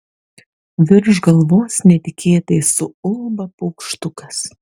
virš galvos netikėtai suulba paukštukas